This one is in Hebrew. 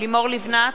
לבנת,